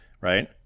right